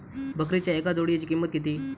बकरीच्या एका जोडयेची किंमत किती?